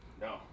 no